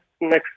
Next